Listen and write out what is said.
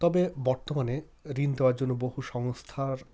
তবে বর্তমানে ঋণ দেওয়ার জন্য বহু সংস্থার